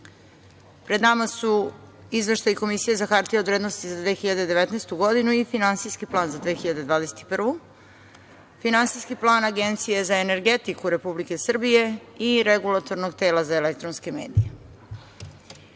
tela. Pred nama su izveštaji Komisije za hartije od vrednosti za 2019. i Finansijski plan za 2021. godinu, Finansijski plan Agencije za energetiku Republike Srbije i Regulatornog tela za elektronske medije. Zarad